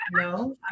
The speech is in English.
No